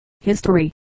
History